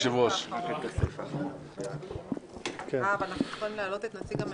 תודה רבה על העבודה הטובה של יושב-ראש ועדת הקליטה וחברי הוועדה בכלל.